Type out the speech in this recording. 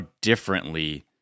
differently